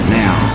now